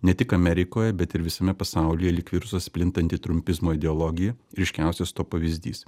ne tik amerikoje bet ir visame pasaulyje lyg virusas plintanti trumpizmo ideologija ryškiausias to pavyzdys